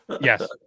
Yes